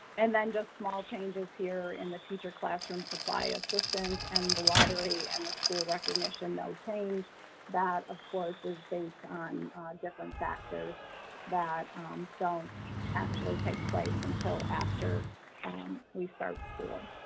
and then just small changes here the teacher classroom supply assistance and the lottery and the school recognition that will change that of course, is based on different factors that don't actually take place until after we start school.